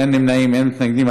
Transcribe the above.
אין מתנגדים ואין נמנעים,